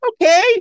Okay